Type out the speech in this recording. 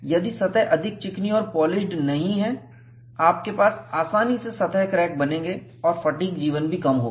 यदि सतह अधिक चिकनी और पॉलिश्ड नहीं है आपके पास आसानी से सतह क्रैक बनेंगे और फटीग जीवन भी कम होगी